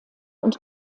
und